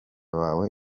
bawe